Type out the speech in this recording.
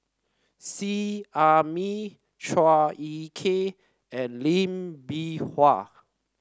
Seet Ai Mee Chua Ek Kay and Lee Bee Wah